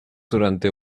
durante